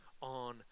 on